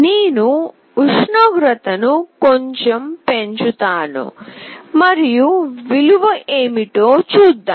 నేను ఉష్ణోగ్రతను కొంచెం పెంచుతాను మరియు విలువ ఏమిటో చూద్దాం